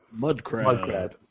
Mudcrab